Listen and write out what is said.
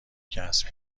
کسب